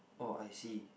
oh I see